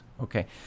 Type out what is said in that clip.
okay